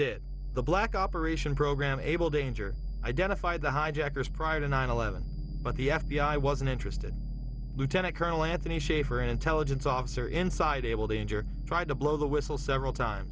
did the black operation program able danger identified the hijackers prior to nine eleven but the f b i wasn't interested lieutenant colonel anthony shaffer an intelligence officer inside able danger tried to blow the whistle several times